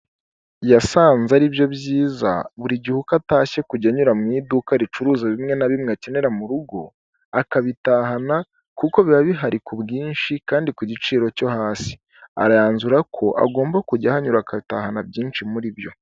Yasanze ari byo byiza buri gihe uko atashye kujya anyura mu iduka ricuruza bimwe na bimwe akenera mu rugo, akabitahana kuko biba bihari ku bwinshi, kandi ku giciro cyo hasi aranzura ko agomba kujya ahanyura agatahana byinshi muri byo.